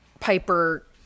piper